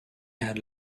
had